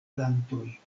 plantoj